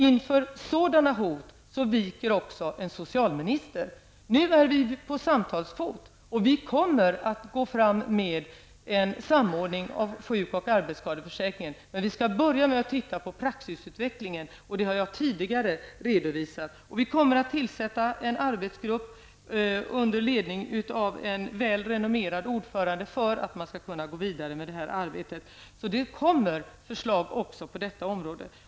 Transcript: Inför sådana hot viker också en socialminister. Nu är vi på samtalsfot. Vi kommer att gå fram med en samordning av sjuk och arbetsskadeförsäkringen. Men vi skall börja med att titta på praxisutvecklingen. Det har jag tidigare redovisat. Vi kommer att tillsätta en arbetsgrupp under ledning av en välrenommerad ordförande, för att vi skall kunna gå vidare med det här arbetet. Det kommer förslag också på det här området.